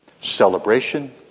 celebration